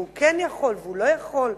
והוא כן יכול והוא לא יכול.